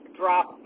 drop